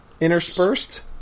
Interspersed